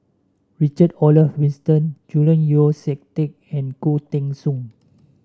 Richard Olaf Winstedt Julian Yeo See Teck and Khoo Teng Soon